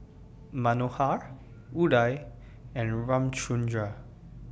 Manohar Udai and Ramchundra